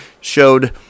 showed